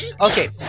Okay